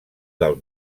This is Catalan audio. del